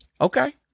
Okay